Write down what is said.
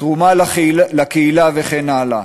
תרומה לקהילה וכן הלאה.